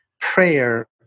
prayer